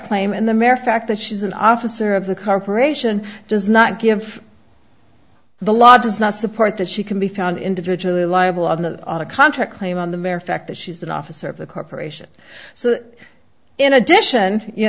claim and the mere fact that she is an officer of the corporation does not give the law does not support that she can be found individually liable of the contract claim on the mere fact that she's an officer of the corporation so in addition you